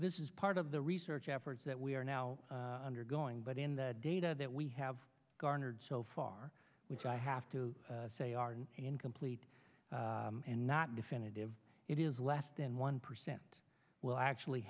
this is part of the research efforts that we are now undergoing but in the data that we have garnered so far which i have to say are incomplete and not definitive it is less than one percent will actually